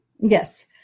Yes